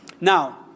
Now